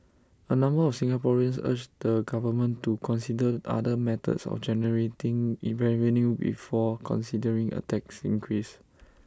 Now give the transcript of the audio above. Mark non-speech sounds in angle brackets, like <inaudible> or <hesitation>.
A number of Singaporeans urged the government to consider other methods of generating <hesitation> revenue before considering A tax increase